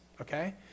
okay